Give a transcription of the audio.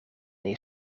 een